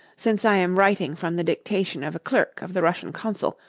since i am writing from the dictation of a clerk of the russian consul,